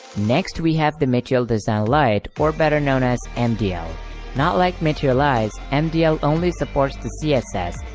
next we have the material design lite or better known as mdl. not like materialize, and mdl only supports the css,